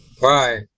right